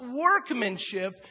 workmanship